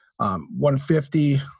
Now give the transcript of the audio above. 150